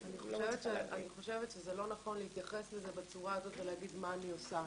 אני חושבת שזה לא נכון להתייחס לזה בצורה הזאת ולהגיד מה אני עושה.